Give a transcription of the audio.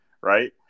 right